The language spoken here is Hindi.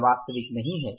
यह वास्तविक नहीं है